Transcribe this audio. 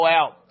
out